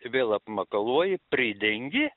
vėl apmakaluoji pridengi